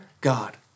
God